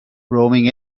roaming